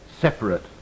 separate